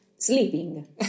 sleeping